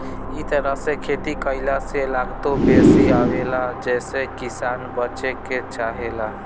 इ तरह से खेती कईला से लागतो बेसी आवेला जेसे किसान बचे के चाहेला